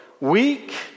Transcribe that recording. weak